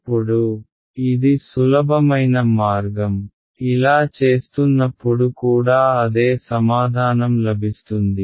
ఇప్పుడు ఇది సులభమైన మార్గం ఇలా చేస్తున్నప్పుడు కూడా అదే సమాధానం లభిస్తుంది